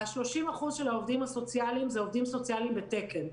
ה-30% של העובדים הסוציאליים זה עובדים סוציאליים בתקן.